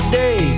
day